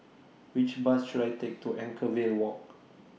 Which Bus should I Take to Anchorvale Walk